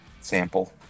sample